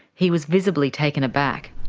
he was visibly taken aback.